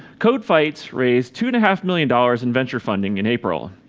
codefights raised two and a half million dollars in venture funding in april.